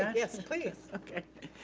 yes please. okay,